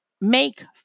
make